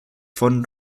von